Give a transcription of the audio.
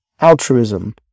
Altruism